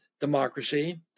democracy